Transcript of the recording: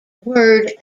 word